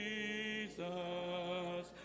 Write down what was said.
Jesus